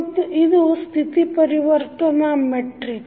ಮತ್ತು ಇದು ಸ್ಥಿತಿ ಪರಿವರ್ತನಾ ಮೆಟ್ರಿಕ್ಸ್